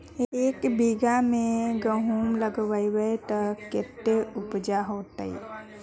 एक बिगहा में गेहूम लगाइबे ते कते उपज होते?